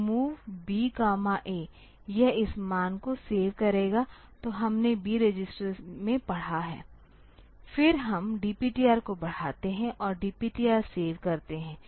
तो MOV BA यह इस मान को सेव करेगा जो हमने B रजिस्टर में पढ़ा है फिर हम DPTR को बढ़ाते हैं और DPTR सेव करते हैं